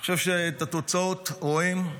אני חושב שאת התוצאות רואים.